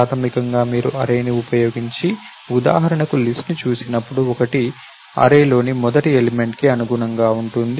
ప్రాథమికంగా మీరు అర్రేని ఉపయోగించి ఉదాహరణకు లిస్ట్ ను చూసినప్పుడు ఒకటి అర్రేలోని మొదటి ఎలిమెంట్ కి అనుగుణంగా ఉంటుంది